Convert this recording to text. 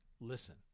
listen